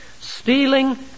stealing